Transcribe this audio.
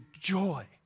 joy